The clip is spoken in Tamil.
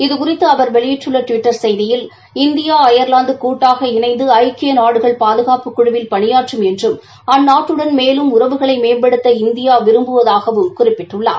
இது குறித்து அவர் வெளியிட்டுள்ள டுவிட்டர் செய்தியில் இந்தியா அயர்வாந்து கூட்டாக இணைந்து ஐக்கிய நாடுகள் பாதகாப்பு குழுவில் பணியாற்றும் என்றும் அந்நாட்டுடன் மேலும் உறவுகளை மேம்படுத்த இந்தியா விரும்புவதாகவும் குறிப்பிட்டுள்ளார்